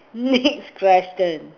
next question